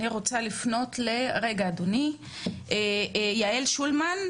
אני רוצה לפנות ליעל שולמן,